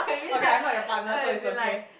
okay I'm not your partner so it's okay